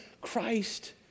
Christ